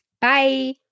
Bye